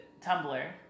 Tumblr